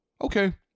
Okay